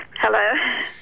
Hello